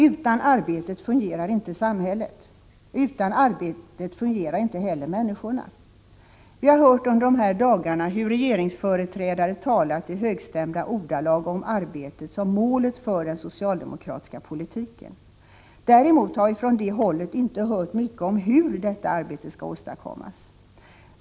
Utan arbetet fungerar inte samhället. Utan arbetet fungerar inte heller människorna. Vi har hört under de här dagarna hur regeringsföreträdare talat i högstämda ordalag om arbetet som målet för den socialdemokratiska politiken. Däremot har vi från det hållet inte hört mycket om hur detta arbete skall åstadkommas.